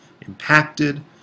impacted